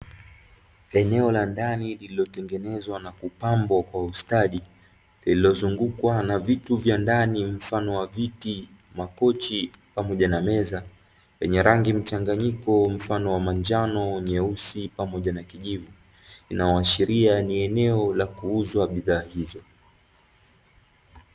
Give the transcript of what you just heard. Eneo la ndani lililotengenezwa na kupambwa kwa ustadi, lililozungukwa na vitu vya ndani, mfano wa viti, makochi pamoja na meza vyenye rangi mchanganyiko, mfano wa manjano, nyeusi pamoja na kijivu, inayoashiria ni eneo la kuuzwa bidhaa hizo.